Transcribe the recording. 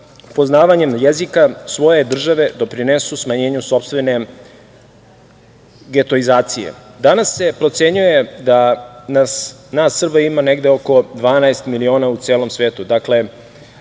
poznavanjem jezika svoje države doprinesu smanjenju sopstvene getoizacije. Danas se procenjuje da nas Srba ima negde oko 12 miliona u celom svetu, dakle,